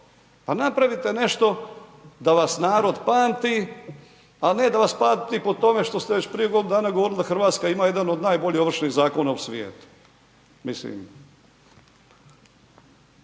pa napravite nešto da vas narod pamti, a ne da vas pamti po tome što ste već prije godinu dana govorili da RH ima jedan od najboljih Ovršnih zakona u svijetu, mislim.